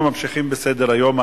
אנחנו ממשיכים בסדר-היום.